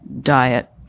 diet